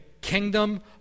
kingdom